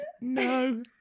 no